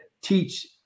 teach